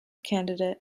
candidate